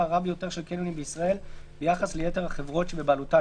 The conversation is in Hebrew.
הרב ביותר של קניונים בישראל ביחס ליתר החברות שבבעלותן